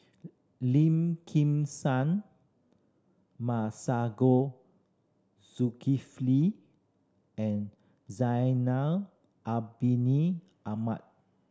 Lim Kim San Zulkifli and Zainal Ahmad